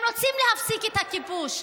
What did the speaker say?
הם רוצים להפסיק את הכיבוש,